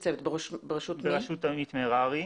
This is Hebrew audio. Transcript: בראשות עמית מררי.